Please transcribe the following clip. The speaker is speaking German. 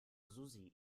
susi